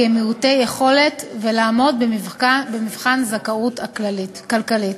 הם מעוטי יכולת ולעמוד במבחן זכאות כלכלית.